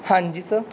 ਹਾਂਜੀ ਸਰ